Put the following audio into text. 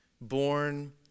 Born